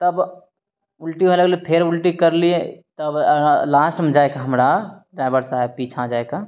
तब उल्टी होइ लगलय फेर उल्टी करलियै तब लास्टमे जाइके हमरा ड्राइवर साहब पीछा जाइके